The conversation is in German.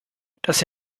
das